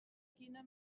quina